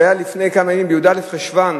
שהיה לפני כמה ימים, בי"א חשוון.